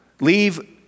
Leave